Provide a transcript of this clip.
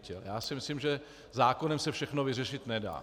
Já si myslím, že zákonem se všechno vyřešit nedá.